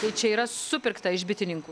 tai čia yra supirkta iš bitininkų